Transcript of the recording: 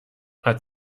hat